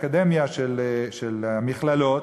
של מכללות,